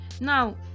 now